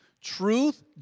Truth